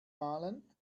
malen